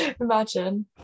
Imagine